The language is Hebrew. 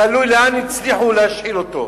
תלוי לאן הצליחו להשחיל אותו,